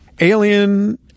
Alien